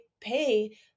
pay